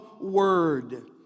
word